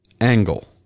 angle